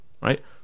right